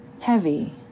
Heavy